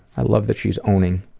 i love that she's owning